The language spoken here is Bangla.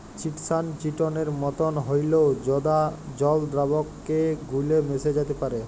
চিটসান চিটনের মতন হঁল্যেও জঁদা জল দ্রাবকে গুল্যে মেশ্যে যাত্যে পারে